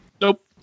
Nope